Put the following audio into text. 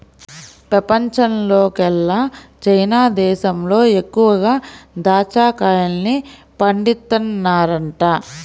పెపంచంలోకెల్లా చైనా దేశంలో ఎక్కువగా దాచ్చా కాయల్ని పండిత్తన్నారంట